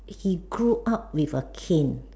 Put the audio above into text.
he grew up with a cane